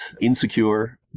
insecure